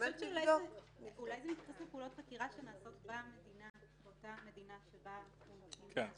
אולי אלה פעולות חקירה שנעשות במדינה שבה --- כן.